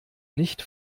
nicht